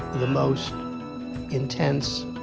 the most intense